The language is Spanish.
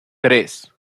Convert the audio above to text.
tres